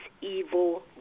evil